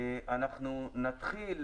אנחנו נתחיל